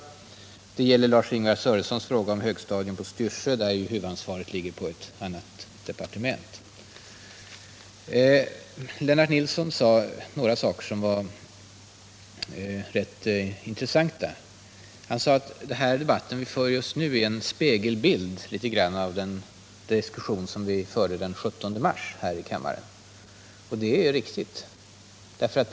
Den andra gäller Lars-Ingvar Sörensons fråga om ett högstadium på Styrsö, där huvudansvaret ligger på ett annat departement. Lennart Nilsson sade några saker som var rätt intressanta. Han sade att den debatt vi för nu är något av en spegelbild av den diskussion som vi förde den 17 mars här i kammaren. Det är riktigt.